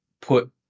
put